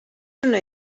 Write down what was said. una